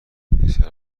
پسر